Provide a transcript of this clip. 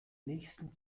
nächsten